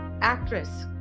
actress